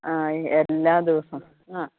ആ ഈ എല്ലാ ദിവസവും ങാ